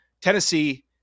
tennessee